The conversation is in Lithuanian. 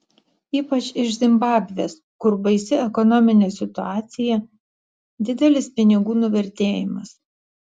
ypač iš zimbabvės kur baisi ekonominė situacija didelis pinigų nuvertėjimas